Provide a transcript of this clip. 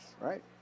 right